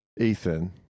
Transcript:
Ethan